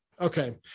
okay